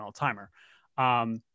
all-timer